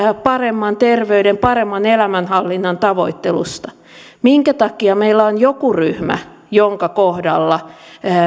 paremman terveyden paremman elämänhallinnan tavoittelusta minkä takia meillä on joku ryhmä jonka kohdalla